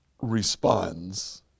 responds